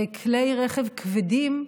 כלי רכב כבדים,